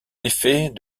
l’effet